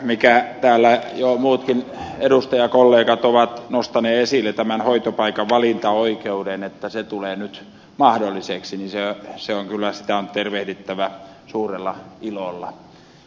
tuo minkä jo muutkin edustajakollegat ovat nostaneet esille että hoitopaikan valinta tulee mahdolliseksi sitä on tervehdittävä suurella ilolla